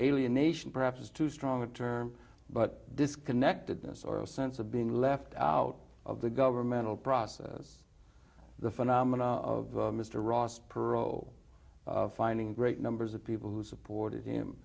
alienation perhaps is too strong a term but disconnectedness or a sense of being left out of the governmental process the phenomenon of mr ross perot of finding great numbers of people who supported him